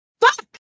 Fuck